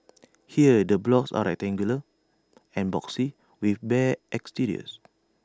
here the blocks are rectangular and boxy with bare exteriors